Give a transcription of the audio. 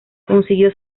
consiguió